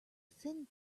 thin